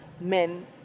men